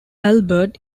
albert